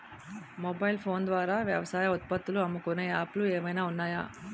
Mobile phone ద్వారా వ్యవసాయ ఉత్పత్తులు అమ్ముకునే యాప్ లు ఏమైనా ఉన్నాయా?